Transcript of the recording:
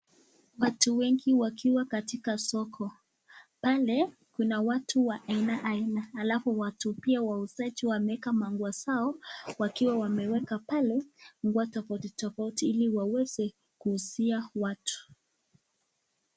Watu wengi wakiwa katika soko, pale kuna watu wa aina aina, alafu watu pia wauzaji wameweka manguo zao wakiwa wameweka pale nguo tofauti tofauti ili waweze kuuzia watu.